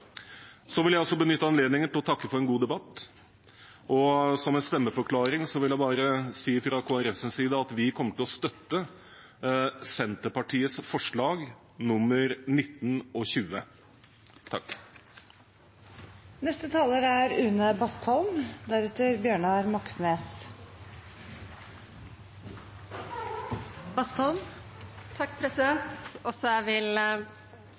Så vil jeg også benytte anledningen til å takke for en god debatt. Som en stemmeforklaring vil jeg fra Kristelig Folkepartis side si at vi kommer til å støtte Senterpartiets forslag